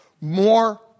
more